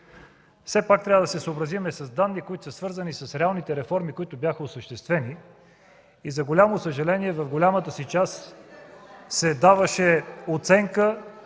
все пак трябва да се съобразим с данни, които са свързани с реалните реформи, които бяха осъществени. За голямо съжаление, в голямата си част се даваше оценка